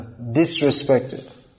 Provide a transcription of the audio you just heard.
disrespected